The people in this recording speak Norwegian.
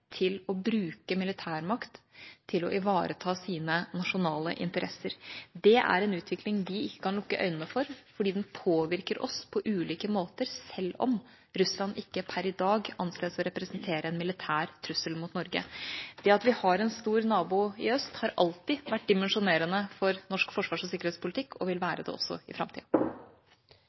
til å bruke militærmakt til å ivareta sine nasjonale interesser. Det er en utvikling vi ikke kan lukke øynene for, fordi den påvirker oss på ulike måter, selv om Russland ikke per i dag anses å representere en militær trussel mot Norge. Det at vi har en stor nabo i øst, har alltid vært dimensjonerende for norsk forsvars- og sikkerhetspolitikk og vil